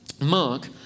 Mark